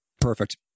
Perfect